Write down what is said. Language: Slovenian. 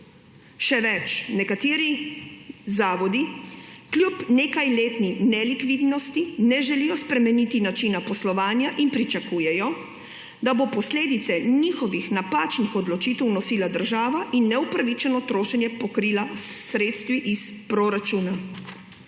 Še več, nekateri zavodi kljub nekajletni nelikvidnosti ne želijo spremeniti načina poslovanja in pričakujejo, da bo posledice njihovih napačnih odločitev nosila država in neupravičeno trošenje pokrila s sredstvi iz proračuna.